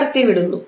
കടത്തിവിടുന്നു